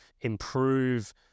improve